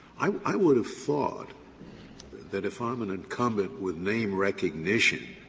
i would have thought that if i'm an incumbent with name recognition,